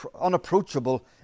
unapproachable